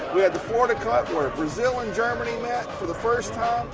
we had the florida cup where brazil and germany met for the first